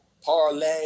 Parlay